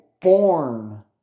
born